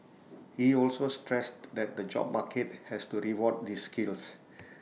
he also stressed that the job market has to reward these skills